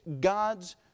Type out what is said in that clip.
God's